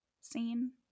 scene